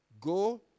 Go